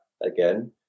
again